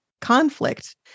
conflict